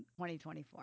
2024